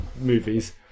movies